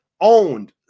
owned